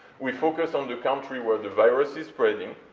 we focused on the country where the virus is spreading,